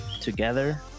together